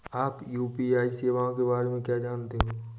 आप यू.पी.आई सेवाओं के बारे में क्या जानते हैं?